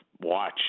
watch